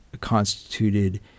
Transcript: constituted